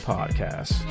Podcast